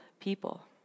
people